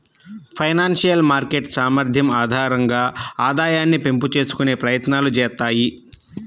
financial market సామర్థ్యం ఆధారంగా ఆదాయాన్ని పెంపు చేసుకునే ప్రయత్నాలు చేత్తాయి